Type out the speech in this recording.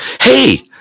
Hey